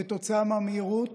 כתוצאה מהמהירות